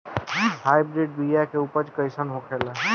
Hybrid बीया के उपज कैसन होखे ला?